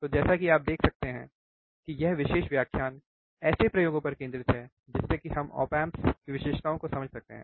तो जैसा कि आप देख सकते हैं कि यह विशेष व्याख्यान ऐसे प्रयोगों पर केंद्रित है जिससे कि हम ऑप एम्प की विशेषताओं को समझ सकते हैं